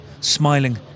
smiling